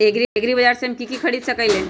एग्रीबाजार से हम की की खरीद सकलियै ह?